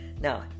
Now